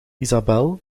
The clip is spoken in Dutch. isabelle